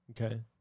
Okay